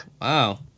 Wow